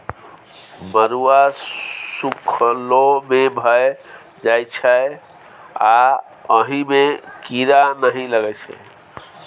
मरुआ सुखलो मे भए जाइ छै आ अहि मे कीरा नहि लगै छै